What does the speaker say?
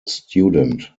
student